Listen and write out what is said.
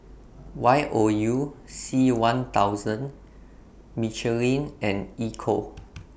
Y O U C one thousand Michelin and Ecco